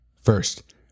First